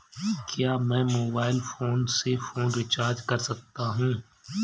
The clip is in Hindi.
क्या मैं मोबाइल फोन से फोन रिचार्ज कर सकता हूं?